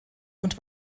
und